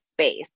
space